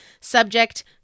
subject